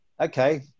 Okay